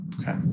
Okay